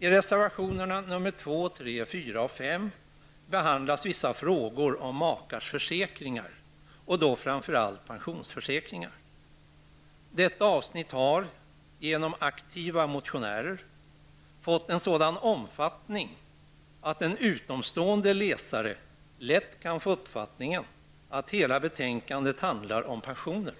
I reservationerna nr 2, 3, 4 och 5 behandlas vissa frågor om makars försäkringar, framför allt pensionsförsäkringar. Detta avsnitt har genom aktiva motionärer fått en sådan omfattning att en utomstående läsare lätt kan få den uppfattningen att hela betänkandet handlar om pensioner.